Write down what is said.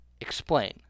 explain